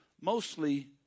mostly